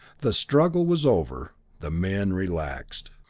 the struggle was over the men relaxed.